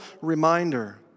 reminder